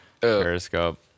periscope